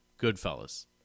Goodfellas